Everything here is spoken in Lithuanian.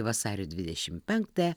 vasario dvidešimt penktąją